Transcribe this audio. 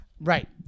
right